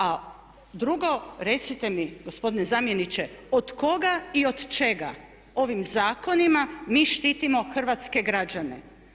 A drugo, recite mi gospodine zamjeniče od koga i od čega ovim zakonima mi štitimo hrvatske građane?